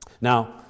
Now